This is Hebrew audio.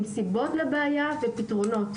עם סיבות לבעיה ופתרונות.